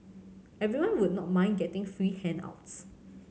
everyone would not mind getting free handouts